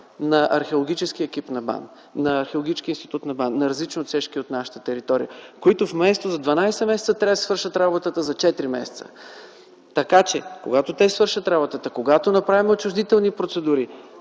15 археологически екипа на БАН, на Археологическия институт на БАН на различни отсечки на нашата територия, които вместо за дванадесет месеца, трябва да свършат работата за четири месеца. Когато те свършат работата, когато направим отчуждителни процедури,